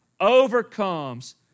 overcomes